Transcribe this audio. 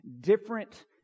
different